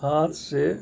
ہاتھ سے